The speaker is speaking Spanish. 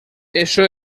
esto